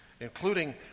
including